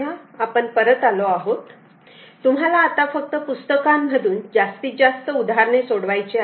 तेव्हा आपण परत आलो आहोत तुम्हाला आता फक्त पुस्तकांमधून जास्तीत जास्त उदाहरणे सोडवायचे आहेत